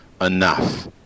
enough